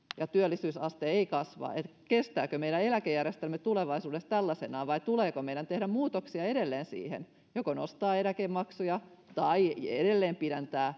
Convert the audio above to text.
ja työllisyysaste ei kasva kestääkö meidän eläkejärjestelmämme tulevaisuudessa tällaisenaan vai tuleeko meidän tehdä siihen edelleen muutoksia joko nostaa eläkemaksuja tai edelleen pidentää eläkeikää